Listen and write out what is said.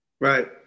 Right